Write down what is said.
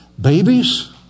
babies